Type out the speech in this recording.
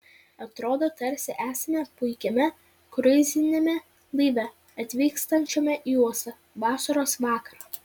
atrodo tarsi esame puikiame kruiziniame laive atvykstančiame į uostą vasaros vakarą